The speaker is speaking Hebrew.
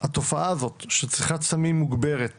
התופעה הזאת, של צריכת סמים מוגברת